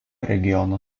regiono